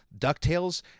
DuckTales